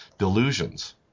delusions